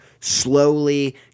slowly